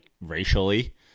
racially